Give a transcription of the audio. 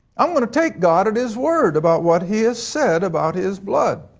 um going to take god at his word about what he has said about his blood.